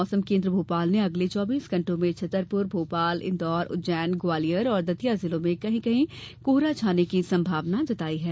मौसम केन्द्र भोपाल ने अगले चौबीस घण्टों में छतरपुर भोपाल इंदौर उज्जैन ग्वालियर और दतिया जिलों में कहीं कहीं कोहरा छाने की संभावना जताई है